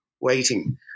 waiting